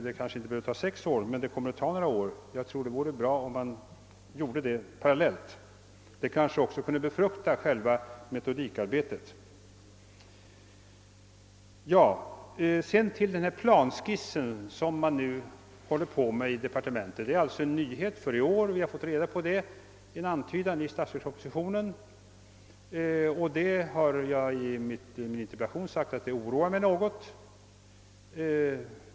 Det kanske inte behöver ta sex år, men det kommer i alla fall att ta några år. Jag tror det vore bra om man gjorde detta parallellt — det kanske också kunde befrukta själva metodikarbetet. Så några ord om den planskiss som man nu håller på att utarbeta i departementet. Det är en nyhet för i år — vi har fått en antydan om det i statsverkspropositionen. Jag har i min interpellation framhållit att detta oroar mig något.